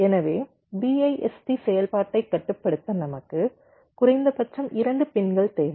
எனவே BIST செயல்பாட்டைக் கட்டுப்படுத்த நமக்கு குறைந்தபட்சம் 2 பின்கள் தேவை